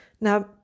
Now